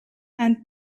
and